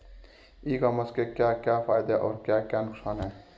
ई commerce के क्या क्या फायदे और क्या क्या नुकसान है?